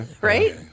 right